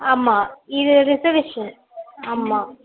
ஆமாம் இது ரிசெர்வேஷன் ஆமாம்